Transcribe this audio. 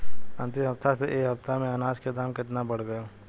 अंतिम हफ्ता से ए हफ्ता मे अनाज के दाम केतना बढ़ गएल?